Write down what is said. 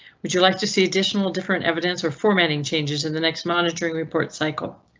would you like to see additional different evidence or formatting changes in the next monitoring report cycle?